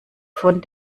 von